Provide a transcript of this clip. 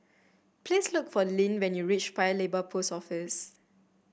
please look for Linn when you reach Paya Lebar Post Office